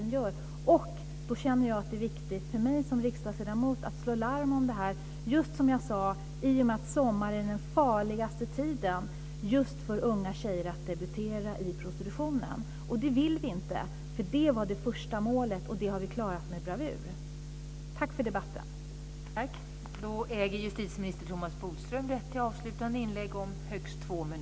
Jag känner att det är viktigt för mig som riksdagsledamot att slå larm om det här eftersom, som jag sagt, sommaren är den farligaste tiden för unga tjejer att debutera i prostitutionen. Vi vill inte se något sådant. Det var det första målet, och det har vi klarat med bravur. Tack för debatten!